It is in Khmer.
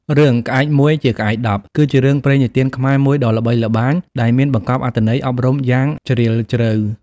រឿង "ក្អែកមួយជាក្អែកដប់" គឺជារឿងព្រេងនិទានខ្មែរមួយដ៏ល្បីល្បាញ ដែលមានបង្កប់អត្ថន័យអប់រំយ៉ាងជ្រាលជ្រៅ។